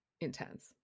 intense